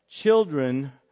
children